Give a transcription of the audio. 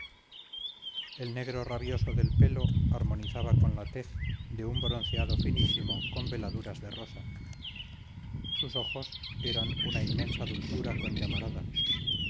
el negro rabioso del pelo armonizaba con la tez de un bronceado finísimo con veladuras de rosa sus ojos eran una inmensa dulzura con llamaradas